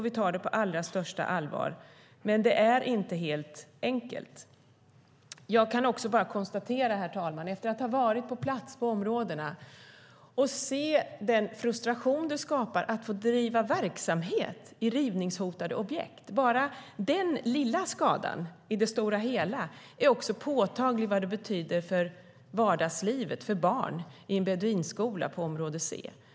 Vi tar det på allra största allvar, men det är inte helt enkelt. Jag kan också konstatera, herr talman, att efter att ha varit på plats i dessa områden och sett den frustration det skapar att driva verksamhet i rivningshotade objekt förstår man att bara den lilla skadan, i det stora hela, är påtaglig för vardagslivet, för barn i en beduinskola på område C.